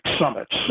summits